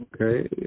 Okay